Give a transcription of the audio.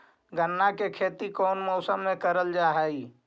गन्ना के खेती कोउन मौसम मे करल जा हई?